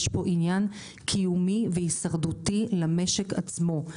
יש פה עניין קיומי והישרדותי למשק עצמו.